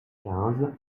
quinze